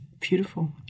beautiful